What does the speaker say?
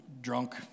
drunk